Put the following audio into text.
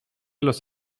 los